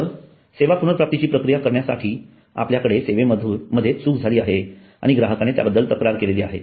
तर सेवा पुनर्प्राप्तीची प्रक्रिया करण्यासाठीआपल्याकडून सेवेमध्ये चूक झाली आहे आणि ग्राहकाने त्याबद्दल तक्रार केलेली आहे